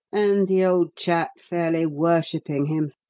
and the old chap fairly worshipping him.